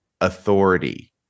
authority